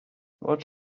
what